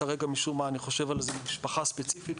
כרגע משום מה אני חושב על איזה משפחה ספציפית.